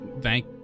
Thank